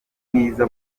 bwiza